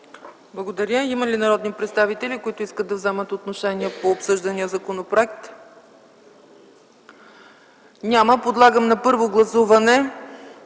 Благодаря. Има ли народни представители, които искат да вземат отношение по обсъждания законопроект? Няма. Подлагам на първо гласуване